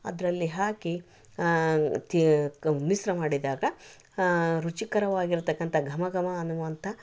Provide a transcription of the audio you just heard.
ಅದರಲ್ಲಿ ಹಾಕಿ ತಿ ಮಿಶ್ರ ಮಾಡಿದಾಗ ರುಚಿಕರವಾಗಿರ್ತಕ್ಕಂಥ ಘಮ ಘಮ ಅನ್ನುವಂಥ